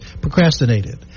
procrastinated